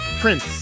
Prince